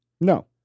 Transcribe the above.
No